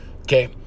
okay